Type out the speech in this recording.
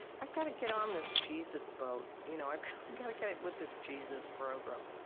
i've got to get on this jesus boat. you know i've got to get with this jesus program.